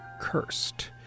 cursed